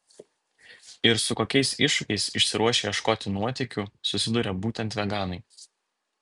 ir su kokiais iššūkiais išsiruošę ieškoti nuotykių susiduria būtent veganai